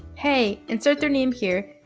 hey, insert their name here,